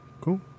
cool